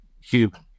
human